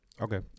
Okay